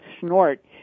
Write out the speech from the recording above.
snort